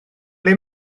ble